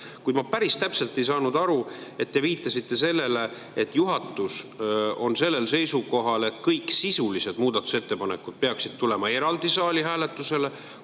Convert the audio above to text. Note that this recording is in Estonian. ma päris täpselt ei saanud aru sellest. Te viitasite, et juhatus on seisukohal, et kõik sisulised muudatusettepanekud peaksid tulema eraldi saali hääletusele,